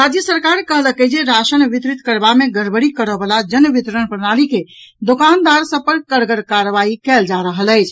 राज्य सरकार कहलक अछि जे राशन वितरित करबा मे गड़बड़ी करयवला जन वितरण प्रणाली के दोकानदार सभ पर कड़गर कार्रवाई कयल जा रहल अछि